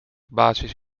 basis